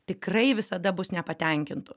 tikrai visada bus nepatenkintų